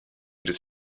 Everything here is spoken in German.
des